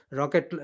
rocket